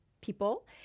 people